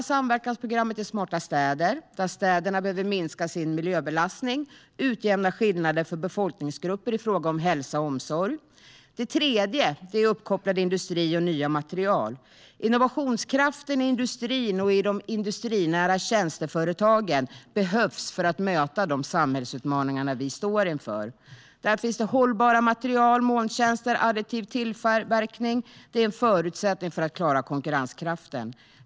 Smarta städer. Städerna behöver minska sin miljöbelastning och utjämna skillnader för befolkningsgrupper i fråga om hälsa och omsorg. Uppkopplad industri och nya material. Innovationskraften i industrin och de industrinära tjänsteföretagen behövs för att möta de samhällsutmaningar vi står inför. Där finns hållbara material, molntjänster och additiv tillverkning. Det är en förutsättning för att klara konkurrenskraften.